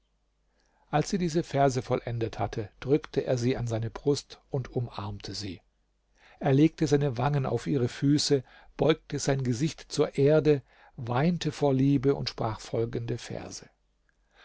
als sie diese verse vollendet hatte drückte er sie an seine brust und umarmte sie er legte seine wangen auf ihre füße beugte sein gesicht zur erde weinte vor liebe und sprach folgende verse